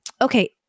okay